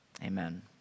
amen